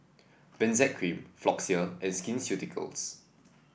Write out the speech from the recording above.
Benzac Cream Floxia and Skin Ceuticals